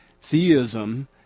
theism